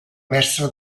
mestre